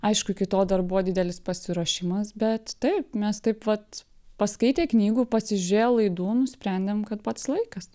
aišku iki to dar buvo didelis pasiruošimas bet taip mes taip vat paskaitę knygų ir pasižiūrėję laidų nusprendėm kad pats laikas